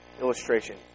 illustration